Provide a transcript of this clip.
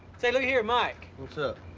say, look here, mike. what's up?